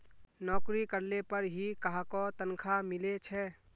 नोकरी करले पर ही काहको तनखा मिले छे